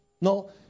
No